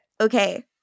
Okay